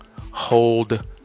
hold